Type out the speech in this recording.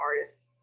artists